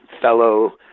fellow